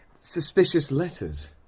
suspicious letters.